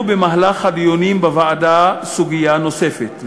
במהלך הדיונים בוועדה סוגיה נוספת,